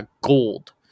gold